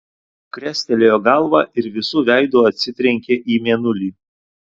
krestelėjo galvą ir visu veidu atsitrenkė į mėnulį